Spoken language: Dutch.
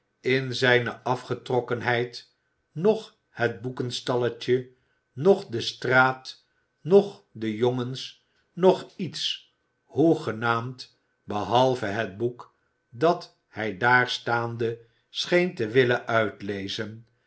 in zijne afgetrokkenheid noch het boekenstalletje noch de straat noch de jongens noch iets hoegenaamd behalve het boek dat hij daar staande scheen te willen uitlezen